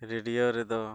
radio